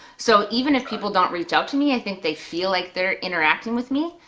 so even if people don't reach out to me, i think they feel like they're interacting with me.